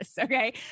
Okay